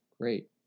Great